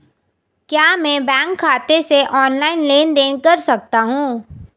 क्या मैं बैंक खाते से ऑनलाइन लेनदेन कर सकता हूं?